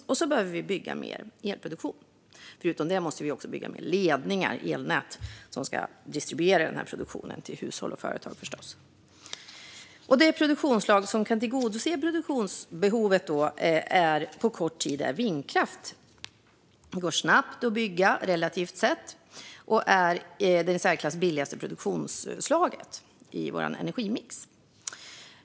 Dessutom behöver vi bygga mer elproduktion. Förutom det måste vi förstås också bygga fler ledningar, elnät, som ska distribuera produktionen till hushåll och företag. Det produktionsslag som på kort tid kan tillgodose produktionsbehovet är vindkraft. Det går relativt snabbt att bygga och är det i särklass billigaste produktionsslaget i vår energimix.